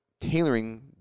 tailoring